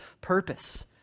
purpose